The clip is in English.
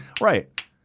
Right